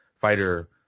fighter